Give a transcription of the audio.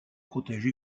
protège